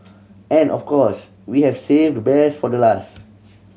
and of course we have saved the best for the last